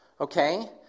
okay